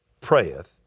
prayeth